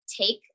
take